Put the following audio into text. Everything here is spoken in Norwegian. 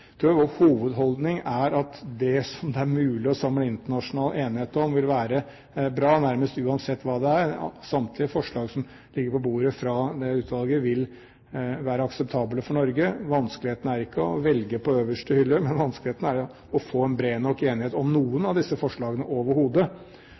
Jeg tror vår hovedholdning er at det som det er mulig å samle internasjonal enighet om, vil være bra nærmest uansett hva det er. Samtlige forslag som ligger på bordet fra det utvalget, vil være akseptable for Norge. Vanskeligheten er ikke å velge på øverste hylle, men vanskeligheten er å få en bred nok enighet om noen